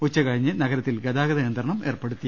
ഉച്ചകഴിഞ്ഞ് നഗരത്തിൽ ഗതാഗത നിയന്ത്രണം ഏർപ്പെ ടുത്തി